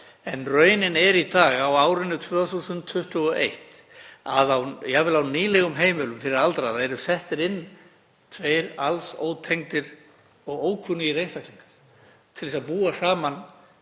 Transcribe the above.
En raunin er í dag, á árinu 2021, að jafnvel á nýlegum heimilum fyrir aldraða eru settir inn tveir alls ótengdir og ókunnugir einstaklingar til þess að búa saman